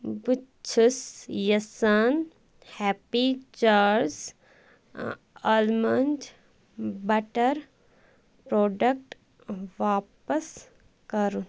بہٕ چھس یژھان happy jars almond butter product واپَس کرُن